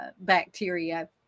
bacteria